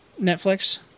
Netflix